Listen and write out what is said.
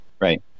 Right